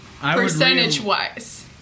Percentage-wise